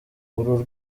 uru